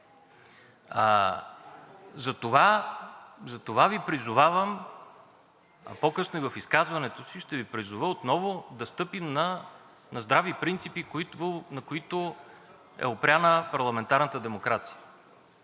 Затова Ви призовавам, а по-късно и в изказването си ще Ви призова отново да стъпим на здрави принципи, на които е опряна парламентарната демокрация,